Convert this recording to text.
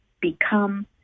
become